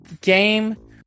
game